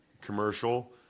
commercial